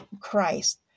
Christ